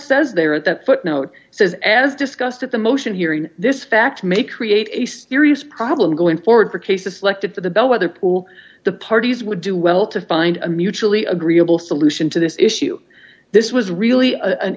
says there at that footnote says as discussed at the motion hearing this fact may create a serious problem going forward for cases selected for the bellwether pool the parties would do well to find a mutually agreeable solution to this issue this was really an